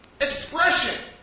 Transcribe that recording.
expression